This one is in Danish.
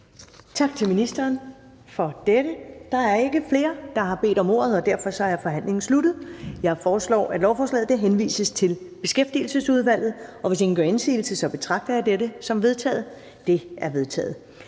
Tak til ministeren for dette. Der er ikke flere, der har bedt om ordet, og derfor er forhandlingen sluttet. Jeg foreslår, at lovforslaget henvises til Beskæftigelsesudvalget, og hvis ingen gør indsigelse, betragter jeg dette som vedtaget. Det er vedtaget.